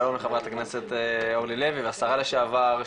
שלום לחברת הכנסת והשרה לשעבר,